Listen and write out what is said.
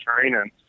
training